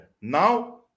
Now